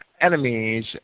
enemies